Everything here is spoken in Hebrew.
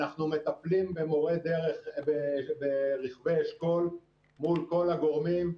אנחנו מטפלים ברכבי אשכול מול כל הגורמים.